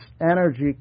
energy